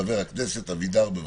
חבר הכנסת אבידר, בבקשה.